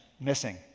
missing